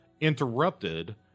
interrupted